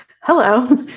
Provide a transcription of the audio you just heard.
hello